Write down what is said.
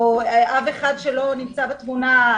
או אב אחד שלא נמצא בתמונה.